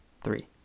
Three